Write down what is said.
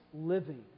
living